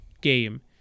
game